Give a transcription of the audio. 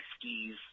skis